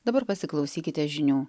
dabar pasiklausykite žinių